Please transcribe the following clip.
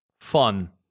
fun